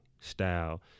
style